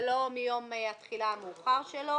ולא מיום התחילה המאוחר שלו.